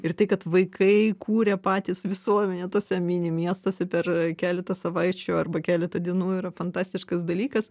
ir tai kad vaikai kūrė patys visuomenę tuose mini miestuose per keletą savaičių arba keletą dienų yra fantastiškas dalykas